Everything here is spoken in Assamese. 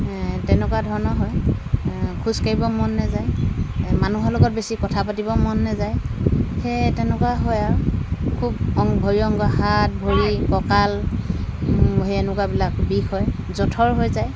তেনেকুৱা ধৰণৰ হয় খোজকাঢ়িব মন নাযায় মানুহ লগত বেছি কথা পাতিব মন নাযায় সেই তেনেকুৱা হয় আৰু খুব অংগ ভৰি অংগ হাত ভৰি কঁকাল সেই এনেকুবাবিলাকৰ বিষ হয় জঠৰ হৈ যায়